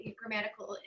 grammatical